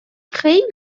خیلی